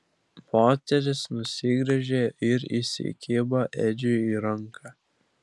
moteris nusigręžė ir įsikibo edžiui į ranką